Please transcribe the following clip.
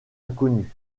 inconnue